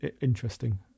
Interesting